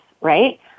right